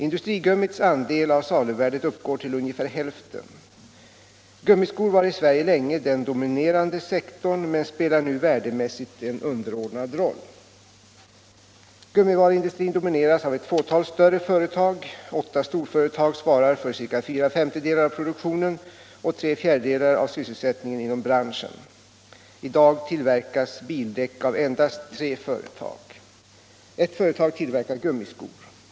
Industrigummits andel av saluvärdet uppgår till ungefär hälften. Gummiskor var i Sverige länge den dominerande sektorn men spelar nu värdemässigt en underordnad roll. Gummivaruindustrin domineras av ett fåtal större företag. Åtta storföretag svarar för ca fyra femtedelar av produktionen och tre fjärdedelar av sysselsättningen inom branschen. I dag tillverkas bildäck av endast tre företag. Ett företag tillverkar gummiskor.